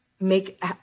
make